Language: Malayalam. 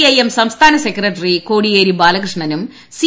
ഐ എം സംസ്ഥാന സെക്രട്ടറി കോടിയേരി ബാലകൃഷ്ണനും സി